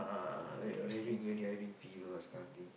uh when you are having when you are having fever this kind of thing